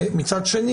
רפואי,